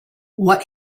what